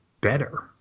better